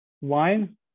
Wine